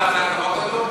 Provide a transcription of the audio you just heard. חתם על הצעת החוק הזאת?